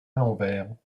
l’envers